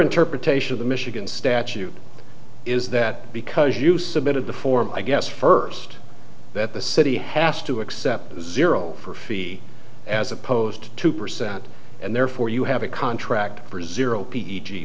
interpretation of the michigan statute is that because you submitted the form i guess first that the city has to accept zero for fee as opposed to percent and therefore you have a contract for zero p